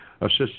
assist